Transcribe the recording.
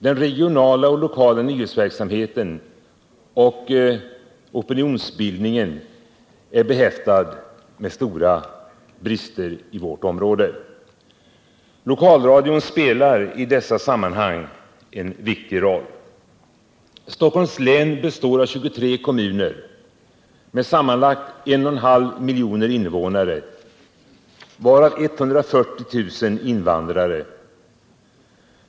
Den regionala och lokala nyhetsverksamheten och opinionsbildningen är behäftad med stora brister i vårt område. Lokalradion spelar i dessa sammanhang en viktig roll. Stockholms län består av 23 kommuner med sammanlagt 1,5 miljoner invånare, varav 140 000 invandrare.